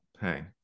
hey